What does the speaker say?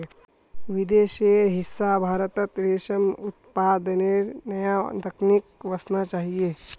विदेशेर हिस्सा भारतत रेशम उत्पादनेर नया तकनीक वसना चाहिए